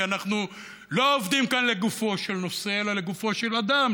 כי אנחנו לא עובדים כאן לגופו של נושא אלא לגופו של אדם,